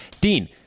dean